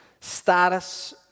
status